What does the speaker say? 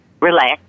relax